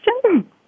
question